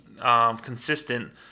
consistent